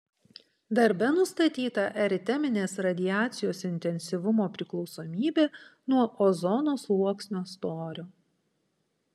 darbe nustatyta eriteminės radiacijos intensyvumo priklausomybė nuo ozono sluoksnio storio